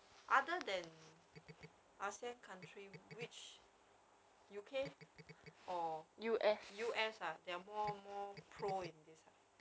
other than you asian country with which U_K or U_S ah they are more more pro in this ah